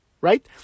Right